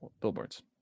billboards